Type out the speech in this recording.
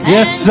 Yes